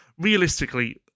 Realistically